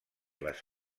les